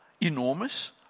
enormous